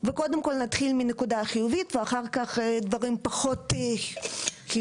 וקודם כל נתחיל מנקודה החיובית ואחר כך דברים פחות חיוביים.